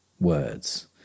words